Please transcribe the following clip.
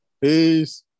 Peace